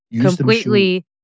completely